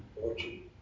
fortune